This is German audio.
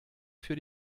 für